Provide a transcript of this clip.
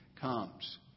comes